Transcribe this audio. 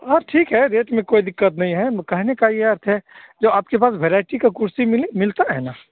हाँ ठीक है रेट में कोई दिक़्क़त नहीं है कहने का यह अर्थ है जो आपके पास वेरायटी का कुर्सी मिली मिलती है ना